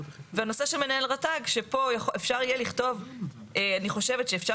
והנושא של מנהל רת"ג שפה אני חושבת שאפשר